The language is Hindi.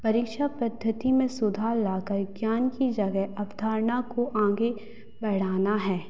परीक्षा पद्धति में सुधार लाकर ज्ञान की जगह अवधारणा को आगे बढ़ाना है